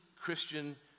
Christian